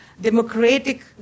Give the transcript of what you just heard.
democratic